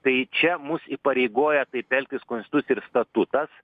tai čia mus įpareigoja taip elgtis konstitucija ir statutas